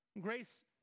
Grace